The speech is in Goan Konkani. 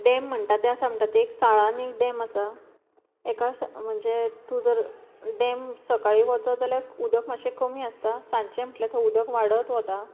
डॅम म्हणटा ते आसा म्हणटा ते एक साळान एक डॅम आसा एका म्हणजे तूं जर डॅम सकाळीं वचत जाल्यार उदक मातशें कमी आसता सांचे म्हटल्या थंय उदक वाडत वता